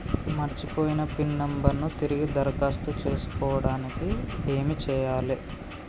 మర్చిపోయిన pin number ను తిరిగి దరఖాస్తు చేసుకోవడానికి ఏమి చేయాలే?